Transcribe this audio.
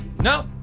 No